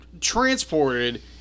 transported